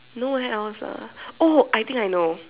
nowhere else ah oh I think I know